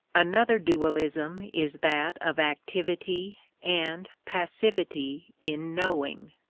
another dualism is that of activity and passivity in knowing.